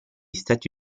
stati